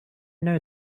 know